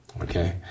Okay